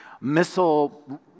missile